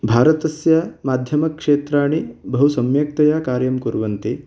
भारतस्य माध्यमक्षेत्राणि बहु सम्यक्तया कार्यं कुर्वन्ति